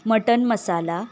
mutton मसाला